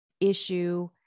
issue